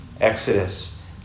Exodus